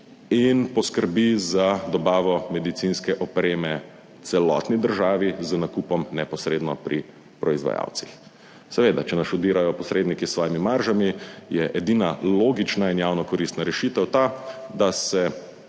in poskrbi za dobavo medicinske opreme celotni državi 14. TRAK: (VP) 12.05 (nadaljevanje) z nakupom neposredno pri proizvajalcih. Seveda, če nas odirajo posredniki s svojimi maržami, je edina logična in javno koristna rešitev ta, da se